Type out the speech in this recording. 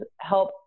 help